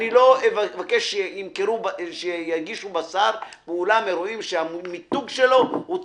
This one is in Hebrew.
לא אבקש שיגישו בשר באולם אירועים שהמיתוג שלו הוא טבעונות,